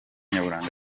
nyaburanga